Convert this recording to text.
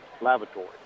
lavatory